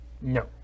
No